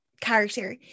character